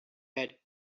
had